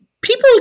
People